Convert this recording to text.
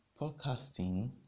podcasting